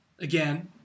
again